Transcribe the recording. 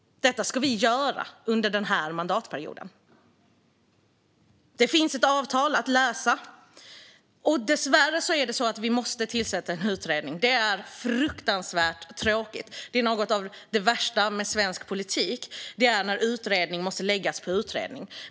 Detta ska vi göra under mandatperioden. Det finns ett avtal att läsa. Dessvärre måste vi tillsätta en utredning. Något av det värsta i svensk politik är när utredning läggs på utredning.